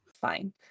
Fine